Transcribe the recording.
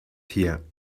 here